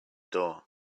door